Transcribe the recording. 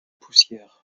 poussière